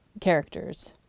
characters